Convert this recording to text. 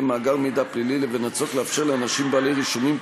מאגר מידע פלילי לבין הצורך לאפשר לאנשים בעלי רישומים פליליים,